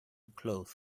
clothes